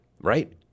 right